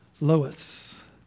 Lois